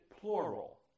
plural